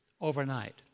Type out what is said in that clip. overnight